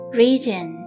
region